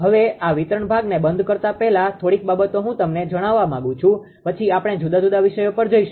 હવે આ વિતરણ ભાગને બંધ કરતા પહેલા થોડીક બાબતો હું તમને જણાવવા માંગું છું પછી આપણે જુદા જુદા વિષય પર જઈશું